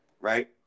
right